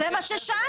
זה מה ששאלתי,